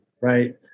right